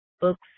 books